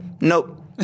nope